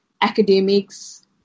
academics